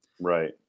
Right